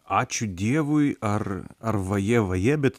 ačiū dievui ar ar vaje vaje bet